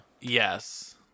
Yes